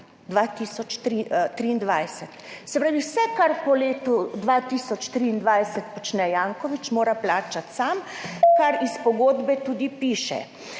2023. Se pravi, vse, kar po letu 2023 počne Janković, mora plačati sam, kar v pogodbi tudi piše.